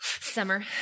Summer